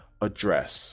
address